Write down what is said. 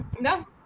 no